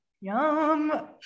yum